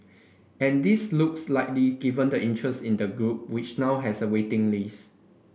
and this looks likely given the interest in the group which now has a waiting list